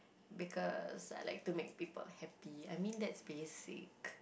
because I like to make people happy I mean that's basic